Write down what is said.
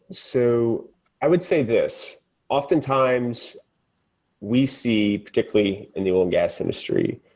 so i would say this oftentimes we see particularly in the oil and gas industry,